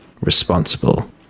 Responsible